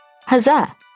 Huzzah